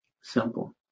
Simple